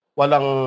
walang